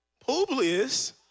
Publius